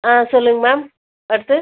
ஆ சொல்லுங்கள் மேம் அடுத்தது